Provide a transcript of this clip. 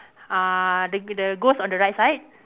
uh the the ghost on the right side